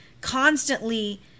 constantly